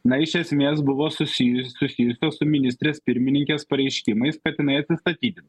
na iš esmės buvo susijus susijusios su ministrės pirmininkės pareiškimais kad jinai atsistatydina